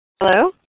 Hello